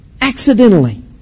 accidentally